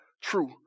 true